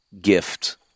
gift